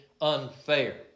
unfair